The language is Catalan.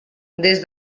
des